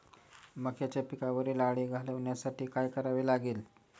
मक्याच्या पिकावरील अळी घालवण्यासाठी काय करावे लागेल?